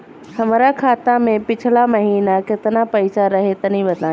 हमरा खाता मे पिछला महीना केतना पईसा रहे तनि बताई?